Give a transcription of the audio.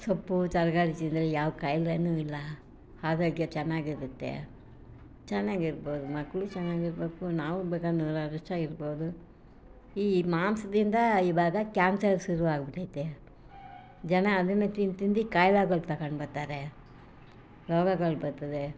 ಸೊಪ್ಪು ತರಕಾರಿ ತಿಂದರೆ ಯಾವ ಕಾಯಿಲೆನೂ ಇಲ್ಲ ಆರೋಗ್ಯ ಚೆನ್ನಾಗಿರುತ್ತೆ ಚೆನ್ನಾಗಿರ್ಬೋದು ಮಕ್ಕಳು ಚೆನ್ನಾಗಿರಬೇಕು ನಾವು ಬೇಕಾದ್ರೆ ನೂರಾರು ವರ್ಷ ಇರ್ಬೋದು ಈ ಮಾಂಸದಿಂದ ಈವಾಗ ಕ್ಯಾನ್ಸರ್ ಶುರುವಾಗ್ಬಿಟೈತೆ ಜನ ಅದನ್ನೇ ತಿಂದು ತಿಂದು ಕಾಯ್ಲೆಗಳು ತಗೊಂಡು ಬರ್ತಾರೆ ರೋಗಗಳು ಬರ್ತದೆ